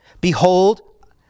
behold